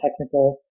technical